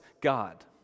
God